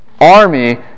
army